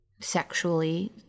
sexually